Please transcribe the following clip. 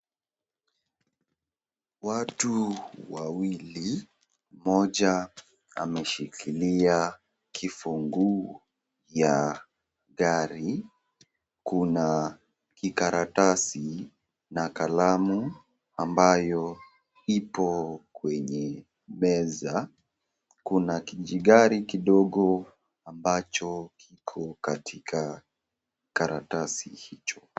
Watu wawili, mmoja ameshikilia kifunguu ya gari. Kuna kikaratasi na kalamu ambayo ipo kwenye meza. Kuna kijigari kidogo ambacho kiko katika karatasi hicho.